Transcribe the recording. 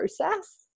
process